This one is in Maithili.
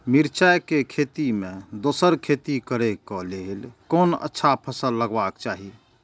मिरचाई के खेती मे दोसर खेती करे क लेल कोन अच्छा फसल लगवाक चाहिँ?